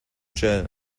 jell